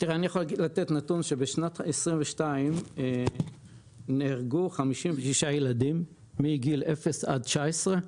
אני יכול לתת נתון שבשנת 2022 נהרגו 56 ילדים מגיל אפס עד 19,